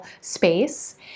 Space